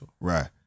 Right